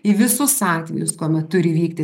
į visus atvejus kuomet turi vykti